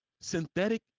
Synthetic